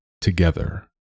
together